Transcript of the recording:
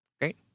Great